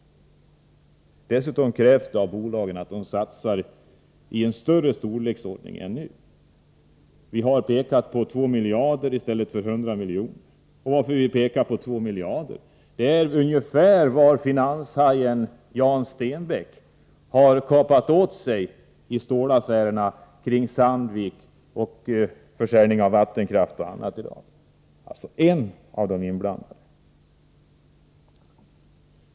Dessutom krävs det av bolagen att de satsar i en större storleksordning än nu. Vi har sagt 2 miljarder i stället för 100 miljoner. Anledningen till att vi säger 2 miljarder är att det är ungefär vad finanshajen Jan Stenbeck har kapat åt sig i stålaffärerna kring Sandvik AB och genom försäljningen av vattenkraft och annat i dag — alltså en av de inblandade.